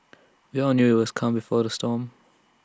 we all knew IT was the calm before the storm